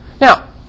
Now